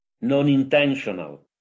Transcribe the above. non-intentional